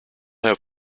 have